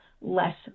less